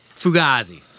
Fugazi